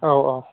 औ औ